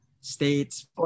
States